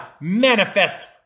manifest